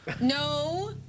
No